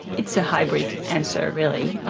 it's a hybrid answer really,